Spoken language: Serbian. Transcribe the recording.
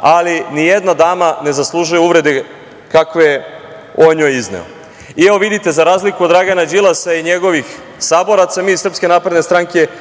ali nijedna dama ne zaslužuje uvrede kakve je on o njoj izneo. Evo, vidite, za razliku od Dragana Đilasa i njegovih saboraca, mi iz SNS nemamo